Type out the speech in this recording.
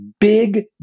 big